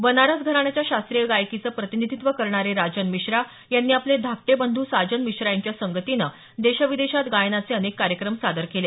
बनारस घराण्याच्या शास्त्रीय गायकीचं प्रतिनिधीत्व करणारे राजन मिश्रा यांनी आपले धाकटे बंधू साजन मिश्रा यांच्या संगतीने देशविदेशात गायनाचे अनेक कार्यक्रम सादर केले